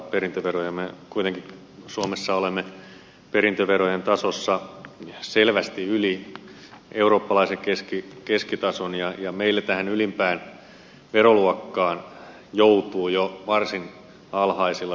me kuitenkin suomessa olemme perintöverojen tasossa selvästi yli eurooppalaisen keskitason ja meillä tähän ylimpään veroluokkaan joutuu jo varsin alhaisilla tuloilla